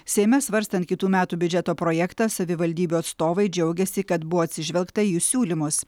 seime svarstant kitų metų biudžeto projektą savivaldybių atstovai džiaugiasi kad buvo atsižvelgta į siūlymus